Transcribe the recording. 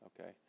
okay